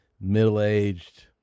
middle-aged